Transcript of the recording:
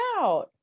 out